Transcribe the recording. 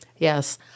Yes